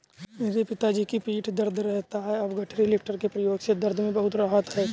मेरे पिताजी की पीठ दर्द रहता था अब गठरी लिफ्टर के प्रयोग से दर्द में बहुत राहत हैं